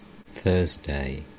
Thursday